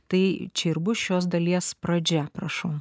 tai čia ir bus šios dalies pradžia prašau